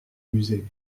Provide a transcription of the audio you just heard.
musée